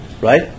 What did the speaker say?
right